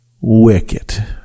Wicked